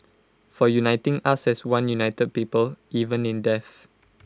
for uniting us as one united people even in death